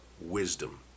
wisdom